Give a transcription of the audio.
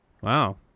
Wow